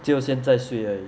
只有现在睡而已